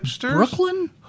Brooklyn